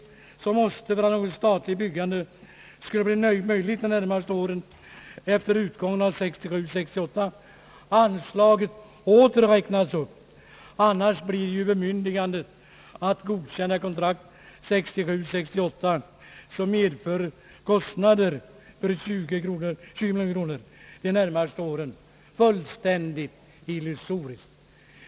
Dessutom måste, om något statligt byggande skall bli möjligt under de närmaste åren efter utgången av budgetåret 1967 68, som medför kostnader för 20 miljoner kronor de närmaste åren, fullständigt illusoriskt.